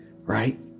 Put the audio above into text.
right